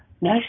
no